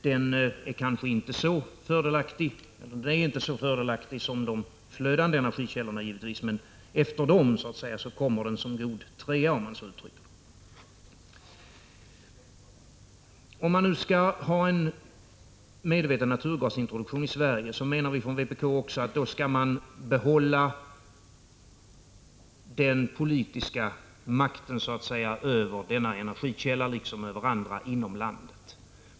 Den är givetvis inte lika fördelaktig som de flödande energikällorna, men efter dem kommer den som god trea. Om man nu skall ha en medveten naturgasintroduktion i Sverige, menar vi i vpk att man också skall behålla den politiska makten över denna energikälla liksom över andra energikällor inom landet.